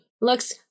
looks